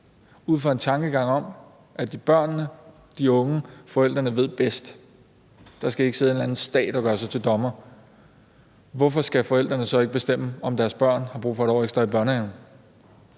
ud fra en tankegang om, at børnene, de unge og forældrene ved bedst. Der skal ikke sidde en eller anden stat og gøre sig til dommer. Hvorfor skal forældrene så ikke bestemme, om deres børn har brug for 1 år ekstra i børnehaven?